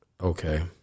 Okay